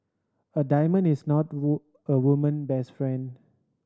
a diamond is not a a woman best friend